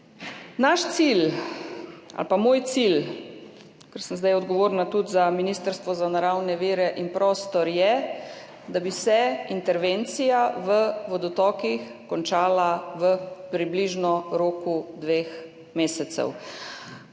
Naš cilj ali pa moj cilj, ker sem zdaj odgovorna tudi za Ministrstvo za naravne vire in prostor, je, da bi se intervencija v vodotokih končala približno v roku dveh mesecev.